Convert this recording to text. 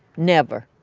never